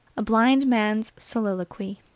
a blind man's soliloquy.